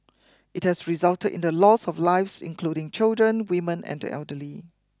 it has resulted in the loss of lives including children women and the elderly